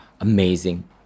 Amazing